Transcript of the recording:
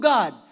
God